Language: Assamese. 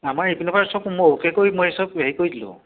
আমাৰ এই পিনৰপৰা চব মই অ'কে কৰি মই চব হেৰি কৰি দিলোঁ